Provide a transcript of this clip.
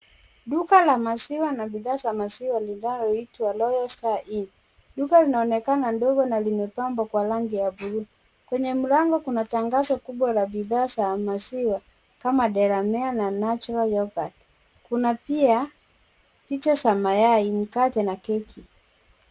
Duka la maziwa na bidhaa za maziwa inayoitwa loyal star inn . Duka linaonekana ndogo na limepambwa kwa rangi ya blue . Kwenye mlango kuna tangazo kubwa la bidhaa za maziwa kama Delamere na natural yorghut kuna pia picha za mayai, mkate na keki.